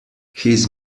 his